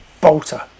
bolter